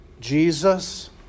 Jesus